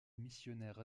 missionnaire